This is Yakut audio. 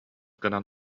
гынан